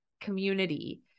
community